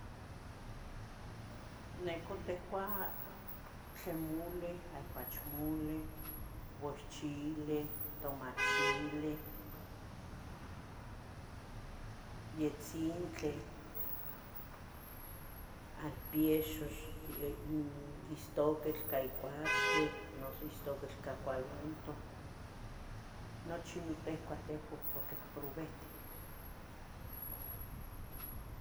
Nicu tecua tle muleh, ahguichmule guaxchile, tomachileh, yetzintli, alpiexux, ino istoquitl ca iguachtle, noso istoquitl ca cualontoh. Nochi no tehcuah tehua porqui itprobehten.